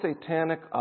satanic